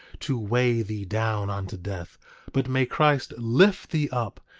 to weigh thee down unto death but may christ lift thee up,